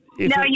No